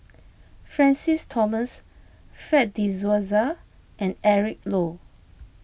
Francis Thomas Fred De Souza and Eric Low